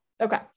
Okay